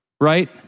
right